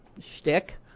shtick